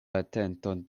atenton